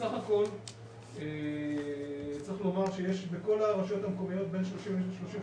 בסך הכל צריך לומר שיש בכל הרשויות המקומיות 38-39